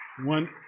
One